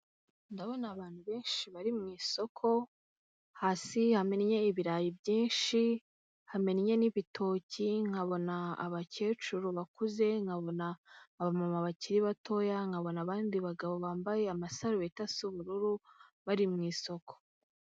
Ndabona abantu benshi bari mu isoko hasi hamennye ibirayi byinshi, hamennye n'ibitoki, nkabona abakecuru bakuze, nkabona abamama bakiri batoya, nkabona abandi bagabo bambaye amasaro bita si ubururu bari mu isoko.